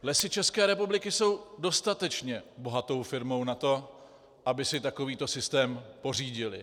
Lesy České republiky jsou dostatečně bohatou firmou na to, aby si takový to systém pořídily.